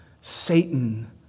Satan